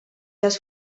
els